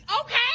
Okay